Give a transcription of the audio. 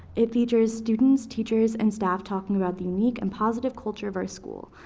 it features student, teachers, and staff talking about the unique and positive culture of our school.